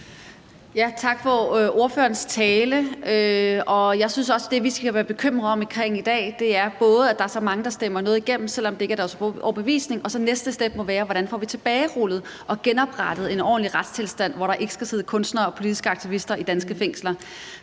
Tak for ordførerens tale. Jeg synes også, at det, vi skal være bekymret om i dag, er, at der er så mange, der stemmer noget igennem, selv om det ikke er deres overbevisning. Næste step må være, hvordan vi får det tilbagerullet og genoprettet en ordentlig retstilstand, hvor der ikke skal sidde kunstnere og politiske aktivister i danske fængsler.